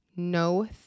no